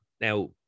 now